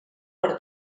per